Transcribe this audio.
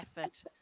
effort